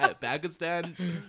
Pakistan